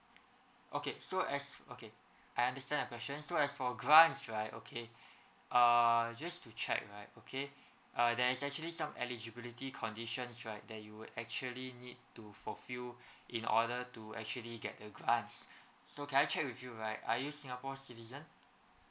okay so as okay I understand the question so as for grants right okay err just to check right okay uh there is actually some eligibility conditions right that you would actually need to fulfill in order to actually get a grants so can I check with you right are you singapore citizen